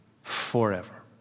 forever